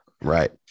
Right